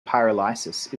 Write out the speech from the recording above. pyrolysis